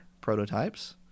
prototypes